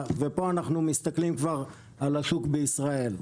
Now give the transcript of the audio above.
ופה אנחנו מסתכלים כבר על השוק בישראל.